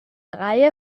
reihe